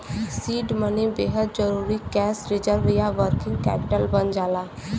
seed money बेहद जरुरी cash reserve या वर्किंग कैपिटल बन जाला